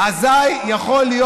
אזיי יכול להיות,